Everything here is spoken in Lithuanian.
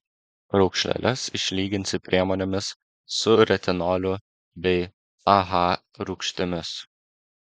raukšleles išlyginsi priemonėmis su retinoliu bei aha rūgštimis